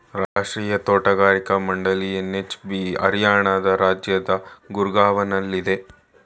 ರಾಷ್ಟ್ರೀಯ ತೋಟಗಾರಿಕಾ ಮಂಡಳಿ ಎನ್.ಎಚ್.ಬಿ ಹರಿಯಾಣ ರಾಜ್ಯದ ಗೂರ್ಗಾವ್ನಲ್ಲಿದೆ